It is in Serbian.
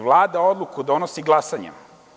Vlada odluku donosi glasanjem.